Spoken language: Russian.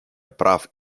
прав